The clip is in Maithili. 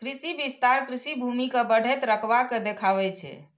कृषि विस्तार कृषि भूमि के बढ़ैत रकबा के देखाबै छै